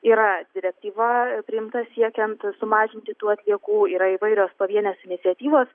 yra direktyva priimta siekiant sumažinti tų atliekų yra įvairios pavienės iniciatyvos